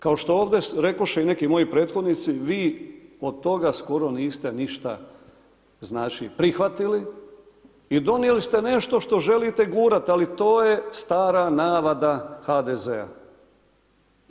Kao što ovdje rekoše i neki moji prethodnici vi od toga skoro niste ništa znači prihvatili i donijeli ste nešto što želite gurati ali to je stara navada HDZ-a.